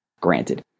Granted